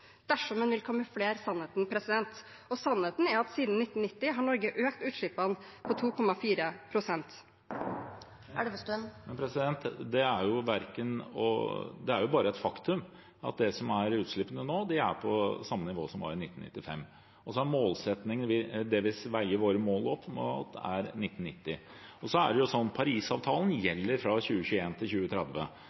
dersom en vil kamuflere sannheten, og sannheten er at siden 1990 har Norge økt utslippene med 2,4 pst. Det er et faktum at utslippene nå er på samme nivå som de var i 1995. Det vi veier våre mål opp mot, er 1990. Parisavtalen gjelder fra 2021 til 2030. Den skal vi legge en plan for at vi skal nå. Fram til 2020 er det Kyotoavtalen som gjelder. Den leverer vi på – vi overleverer i henhold til